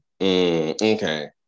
Okay